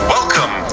Welcome